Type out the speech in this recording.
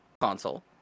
console